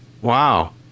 wow